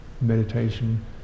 meditation